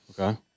Okay